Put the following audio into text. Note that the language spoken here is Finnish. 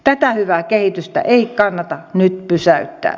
tätä hyvää kehitystä ei kannata nyt pysäyttää